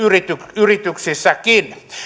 yrityksissäkin